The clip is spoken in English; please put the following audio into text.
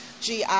GI